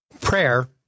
Prayer